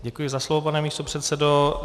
Děkuji za slovo, pane místopředsedo.